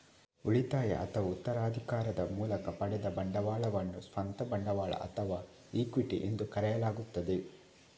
ಉಳಿತಾಯ ಅಥವಾ ಉತ್ತರಾಧಿಕಾರದ ಮೂಲಕ ಪಡೆದ ಬಂಡವಾಳವನ್ನು ಸ್ವಂತ ಬಂಡವಾಳ ಅಥವಾ ಇಕ್ವಿಟಿ ಎಂದು ಕರೆಯಲಾಗುತ್ತದೆ